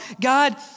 God